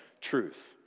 truth